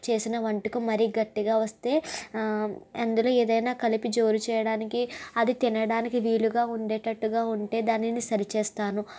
చేసిన వంటకం మరీ గట్టిగా వస్తే ఆ అందులో ఏదైనా కలిపి జోరు చేయడానికి అది తినడానికి వీలుగా ఉండేలాగా ఉంటే దానిని సరి చేస్తాను